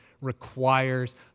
requires